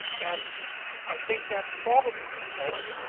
and i think that's probably because,